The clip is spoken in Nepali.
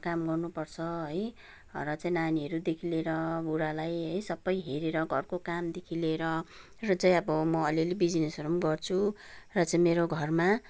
काम गर्नुपर्छ है र चाहिँ नानीहरूदेखि लिएर बुढालाई सबै हेरेर घरको कामदेखि लिएर र चाहिँ लिएर अब म अलिअलि बिजनेसहरू पनि गर्छु र चाहिँ मेरो घरमा